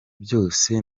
byose